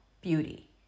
beauty